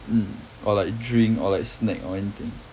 mm or like drink or like snack or anything